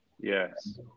Yes